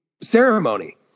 ceremony